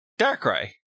Darkrai